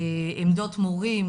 עמדות מורים,